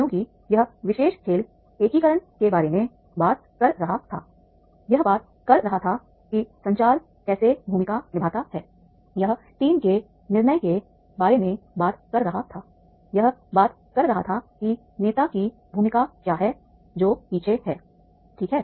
क्योंकि यह विशेष खेल एकीकरण के बारे में बात कर रहा था यह बात कर रहा था कि संचार कैसे भूमिका निभाता है यह टीम के निर्माण के बारे में बात कर रहा था यह बात कर रहा था कि नेता की भूमिका क्या है जो पीछे है ठीक है